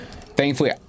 Thankfully